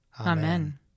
Amen